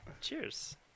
Cheers